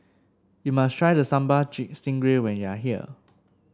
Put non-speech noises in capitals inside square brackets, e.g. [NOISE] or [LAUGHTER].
you must try the Sambal [UNINTELLIGIBLE] Stingray when you are here